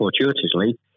fortuitously